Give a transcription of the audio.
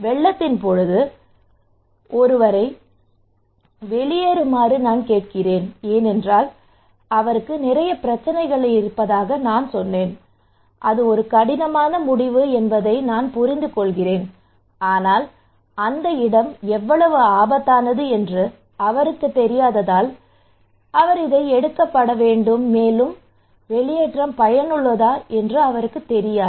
வெள்ளத்தின் போது ஒருவரை வெளியேற்றுமாறு நான் கேட்கிறேன் என்றால் அவருக்கு நிறைய பிரச்சினைகள் இருப்பதாக நான் சொன்னேன் அது ஒரு கடினமான முடிவு என்பதை நான் புரிந்துகொள்கிறேன் ஆனால் அந்த இடம் எவ்வளவு ஆபத்தானது என்று அவருக்குத் தெரியாததால் எடுக்கப்பட வேண்டும் மேலும் வெளியேற்றம் பயனுள்ளதா என்று அவருக்குத் தெரியாது